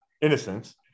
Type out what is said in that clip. innocence